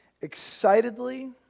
Excitedly